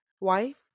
Wife